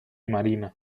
marina